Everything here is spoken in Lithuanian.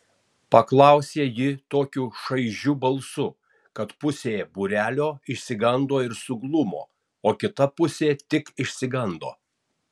paklausė ji tokiu šaižiu balsu kad pusė būrelio išsigando ir suglumo o kita pusė tik išsigando